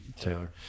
taylor